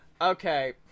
Okay